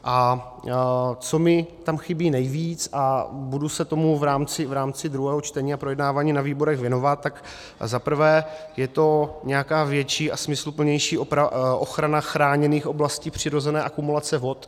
A co mi tam chybí nejvíc, a budu se tomu v rámci druhého čtení a projednávání na výborech věnovat, tak za prvé je to nějaká větší a smysluplnější ochrana chráněných oblastí přirozené akumulace vod.